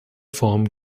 form